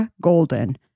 Golden